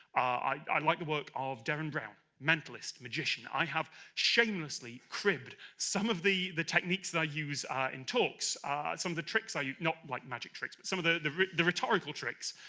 i like the work of darren brown mentalist magician i have shamelessly cribbed some of the. the techniques that i use in talks some of the tricks are you not like magic tricks, but some of the the rhetorical tricks?